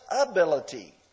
ability